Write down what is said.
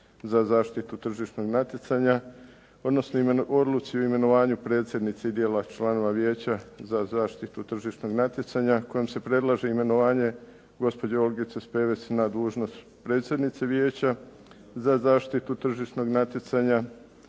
za zaštitu tržišnog natjecanja, odnosno odluci o imenovanju predsjednice i dijela članova Vijeća za zaštitu tržišnog natjecanja kojom se predlaže imenovanje gospođe Olgice Spevec na dužnost predsjednice Vijeća za zaštitu tržišnog natjecanja